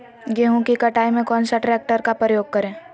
गेंहू की कटाई में कौन सा ट्रैक्टर का प्रयोग करें?